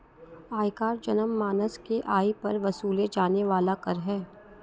आयकर जनमानस के आय पर वसूले जाने वाला कर है